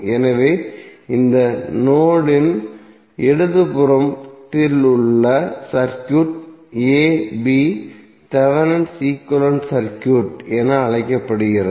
எனவே இந்த நோட் இன் இடதுபுறத்தில் உள்ள circuit a b Thevenin equivalent circuit என அழைக்கப்படுகிறது